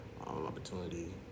opportunity